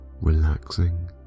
relaxing